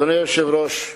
אדוני יושב-ראש הוועדה.